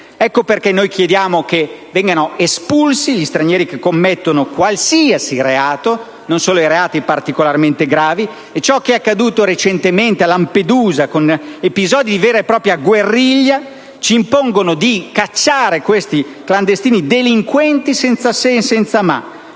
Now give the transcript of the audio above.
Per questo noi chiediamo che vengano espulsi gli stranieri che commettono qualsiasi reato, e non solo quelli particolarmente gravi. Ciò che è accaduto recentemente a Lampedusa, con episodi di vera e propria guerriglia, ci impone di cacciare i clandestini delinquenti «senza se e senza ma»,